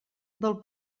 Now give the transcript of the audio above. del